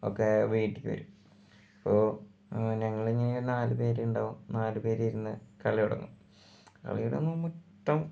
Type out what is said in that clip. ഒക്കെ വീട്ടിൽ അപ്പോൾ ഞങ്ങളിങ്ങനെ നാല് പേരുണ്ടാകും നാല് പേരിരുന്നു കളി തുടങ്ങും കളിയിൽ നമ്മൾ മൊത്തം